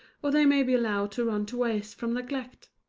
or they may be allowed to run to waste from neglect.